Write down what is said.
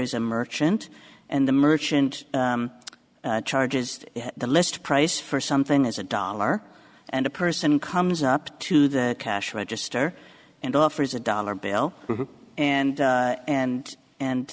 is a merchant and the merchant charges the list price for something as a dollar and a person comes up to the cash register and offers a dollar bill and and and